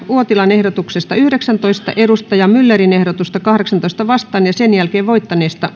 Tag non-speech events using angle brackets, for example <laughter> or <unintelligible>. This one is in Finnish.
ehdotuksesta yhdeksäntoista ehdotusta kahdeksaantoista vastaan ja sen jälkeen voittaneesta <unintelligible>